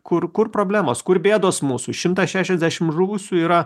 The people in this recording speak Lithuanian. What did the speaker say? kur kur problemos kur bėdos mūsų šimtas šešiasdešimt žuvusių yra